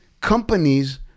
companies